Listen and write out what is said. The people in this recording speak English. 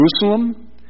Jerusalem